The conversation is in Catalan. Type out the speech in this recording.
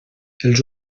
els